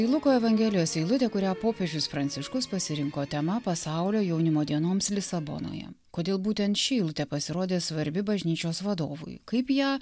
tai luko evangelijos eilutė kurią popiežius pranciškus pasirinko tema pasaulio jaunimo dienoms lisabonoje kodėl būtent ši eilutė pasirodė svarbi bažnyčios vadovui kaip ją